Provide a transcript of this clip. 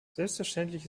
selbstverständlich